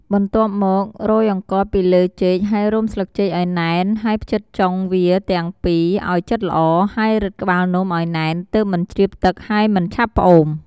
បន្ទាប់មករោយអង្ករពីលើចេកហើយរុំស្លឹកចេកឱ្យណែន ហើយភ្ជិតចុងវាទាំងពីរឱ្យជិតល្អ ហើយរឹតក្បាលនំឱ្យណែនទើបមិនជ្រាបទឹកហើយមិនឆាប់ផ្អូម។